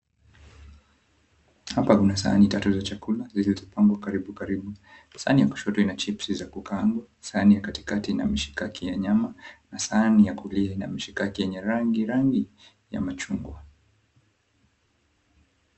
Hapa kuna sahani tatu za chakula zilizopangwa karibu karibu. Sahani ya kushoto ina chipsi za kukaangwa, sahani ya katikati ina mshikaki ya nyama na sahani ya kulia ina mishikaki yenye rangi rangi ya machungwa.